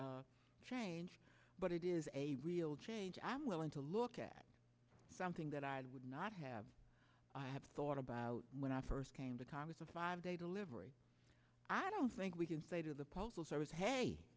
but it is a real i'm willing to look at something that i would not have i have thought about when i first came to congress a five day delivery i don't think we can say to the postal service hey